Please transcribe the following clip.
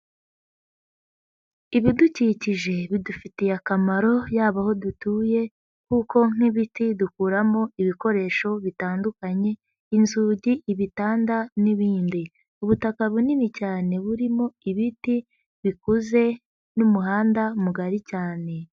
Ibidukikije bidufitiye akamaro, yaba aho dutuye, kuko nk'ibiti dukuramo ibikoresho bitandukanye. Inzugi, ibitanda, n'ibindi. ubutaka bunini cyane, burimo ibiti, bikuze, n'umuhanda mugari cyane.